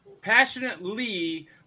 Passionately